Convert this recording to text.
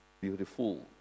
beautiful